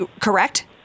Correct